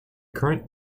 current